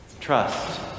trust